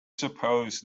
suppose